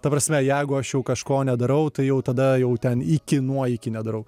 ta prasme jeigu aš jau kažko nedarau tai jau tada jau ten iki nuo iki nedarau